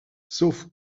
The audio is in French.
sauf